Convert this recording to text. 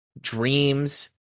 Dreams